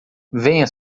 venha